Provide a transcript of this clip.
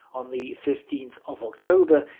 on the fifteenth of october,